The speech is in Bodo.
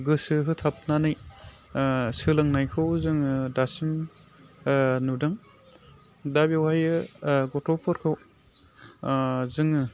गोसो होथाबनानै सोलोंनायखौ जोङो दासिम नुदों दा बेवहायो गथ'फोरखौ जोङो